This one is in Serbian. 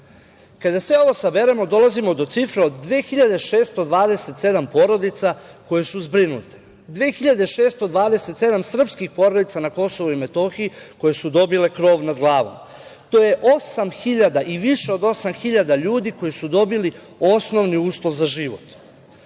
sve ovo saberemo, dolazimo do cifre od 2.627 porodica koje su zbrinute, 2627 srpskih porodica na Kosovu i Metohiji koje su dobile krov nad glavom. To je osam hiljada i više od osam hiljada ljudi koji su dobili osnovni uslov za život. Do